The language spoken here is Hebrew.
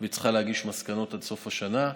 היא צריכה להגיש מסקנות עד סוף השנה.